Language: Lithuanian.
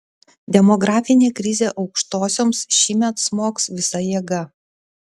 demografinė krizė aukštosioms šįmet smogs visa jėga